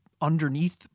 underneath